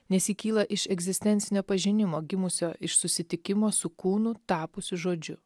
nes ji kyla iš egzistencinio pažinimo gimusio iš susitikimo su kūnu tapusiu žodžiu